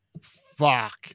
Fuck